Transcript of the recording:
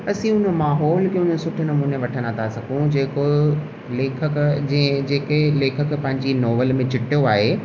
असीं हुन माहोल खे हुन सुठे नमूने वठंदा था सघूं जेको लेखक जे जेके लेखक पंहिंजी नॉवेल में चिटियो आहे